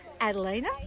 Adelina